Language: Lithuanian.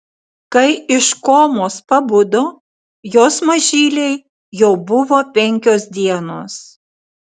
kai iš komos pabudo jos mažylei jau buvo penkios dienos